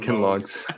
logs